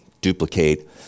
duplicate